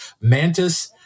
Mantis